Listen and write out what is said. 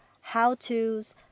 how-tos